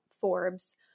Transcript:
Forbes